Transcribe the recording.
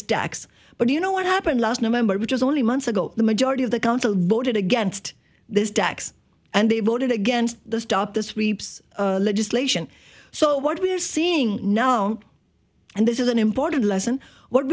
tax but you know what happened last november which is only months ago the majority of the council voted against this decks and they voted against the stop this reaps legislation so what we're seeing now and this is an important lesson what